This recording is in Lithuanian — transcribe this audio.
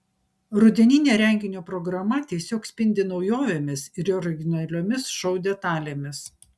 rudeninė renginio programa tiesiog spindi naujovėmis ir originaliomis šou detalėmis